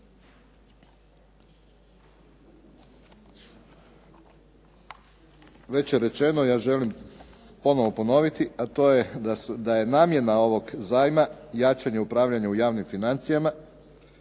već je rečeno ja želim ponovno ponoviti, a to je da je namjena ovog zajma jačanje upravljanja u javnim financijama,